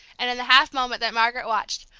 and in the half moment that margaret watched,